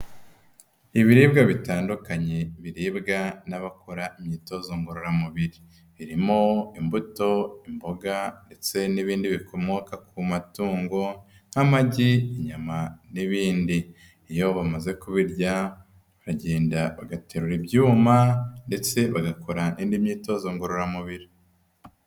Ibiribwa bitandukanye biribwa n'abakora imyitozo ngororamubiri. Irimo imbuto, imboga ndetse n'ibindi bikomoka ku matungo nk'amagi, inyama n'ibindi. Iyo bamaze kubirya, barahagenda bagaterura ibyuma ndetse bagakora indi myitozo ngororamubiri.